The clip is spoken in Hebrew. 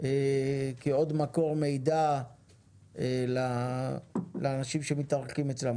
כעוד מקור מידע לאנשים שמתארחים אצלם.